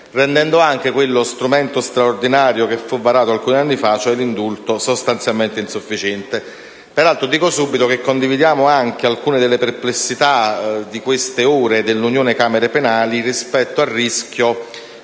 rendendo quello strumento straordinario che fu varato alcuni anni fa (cioè l'indulto) sostanzialmente insufficiente. Peraltro, dico subito che condividiamo anche alcune delle perplessità di queste ore dell'Unione delle camere penali rispetto al rischio